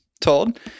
told